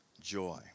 joy